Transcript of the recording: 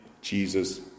Jesus